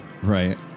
Right